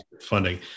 funding